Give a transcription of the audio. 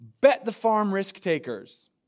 bet-the-farm-risk-takers